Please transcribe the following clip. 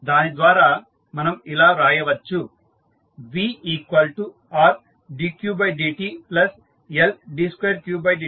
దాని ద్వారా మనం ఇలా రాయవచ్చు VRdqdtLd2qdt2qC